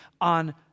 on